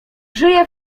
żyje